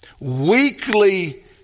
weekly